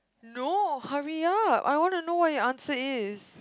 no hurry up I wanna know what your answer is